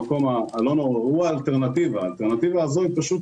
האלטרנטיבה הזו פשוט